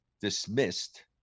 dismissed